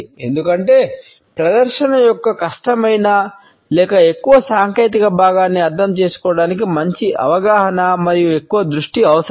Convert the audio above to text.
ఎందుకంటే ప్రదర్శన యొక్క కష్టమైన లేదా ఎక్కువ సాంకేతిక భాగాన్ని అర్థం చేసుకోవటానికి మంచి అవగాహన మరియు ఎక్కువ దృష్టి అవసరం